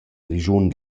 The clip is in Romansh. grischun